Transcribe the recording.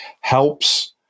helps